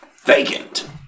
Vacant